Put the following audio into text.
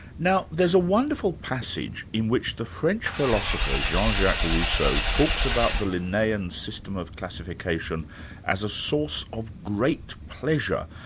now there's a wonderful passage in which the french philosopher jean-jacques rousseau talks about the linnean system of classification as a source of great pleasure,